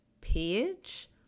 page